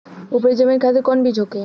उपरी जमीन खातिर कौन बीज होखे?